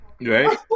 Right